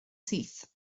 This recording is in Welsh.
syth